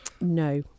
No